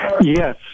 Yes